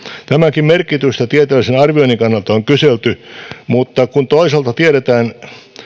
tämänkin merkitystä tieteellisen arvioinnin kannalta on on kyselty mutta kun toisaalta tiedetään